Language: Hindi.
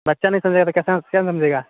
बच्चा नहीं समझेगा कैसा कौन समझेगा